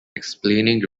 explaining